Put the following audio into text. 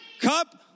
cup